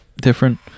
different